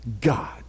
God